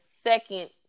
second